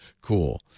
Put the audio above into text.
cool